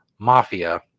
mafia